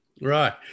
Right